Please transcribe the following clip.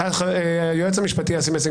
היועץ המשפטי אסי מסינג,